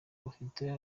bafite